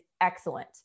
excellent